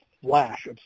flash